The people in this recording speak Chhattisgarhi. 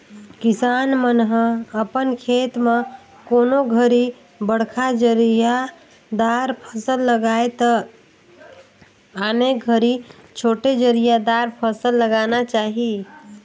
किसान मन ह अपन खेत म कोनों घरी बड़खा जरिया दार फसल लगाये त आने घरी छोटे जरिया दार फसल लगाना चाही